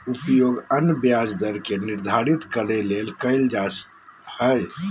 उपयोग अन्य ब्याज दर के निर्धारित करे ले कइल जा हइ